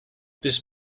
this